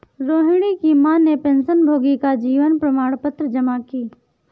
रोहिणी की माँ ने पेंशनभोगी का जीवन प्रमाण पत्र जमा की